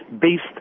based